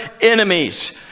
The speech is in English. enemies